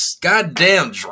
goddamn